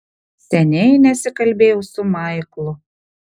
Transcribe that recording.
seniai nesikalbėjau su maiklu